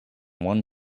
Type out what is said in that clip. one